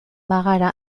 bagara